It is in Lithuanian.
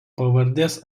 pavardės